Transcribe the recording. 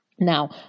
Now